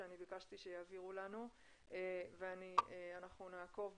שביקשתי שיעבירו לנו ואנחנו נעקוב,